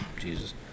Jesus